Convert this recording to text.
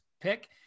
pick